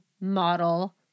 model